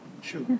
Sure